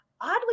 oddly